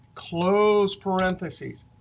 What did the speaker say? close parentheses.